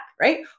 Right